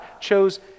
chose